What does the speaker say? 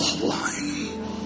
line